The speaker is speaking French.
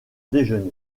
déjeuner